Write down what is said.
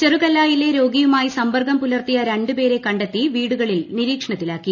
ചെറുകല്ലായിലെ രോഗിയുമായി സമ്പർക്കം പുലർത്തിയ രണ്ട് പേരെ കണ്ടെത്തി വീടുകളിൽ നിരീക്ഷണത്തിലാക്കി